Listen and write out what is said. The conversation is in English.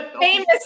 Famous